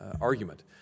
argument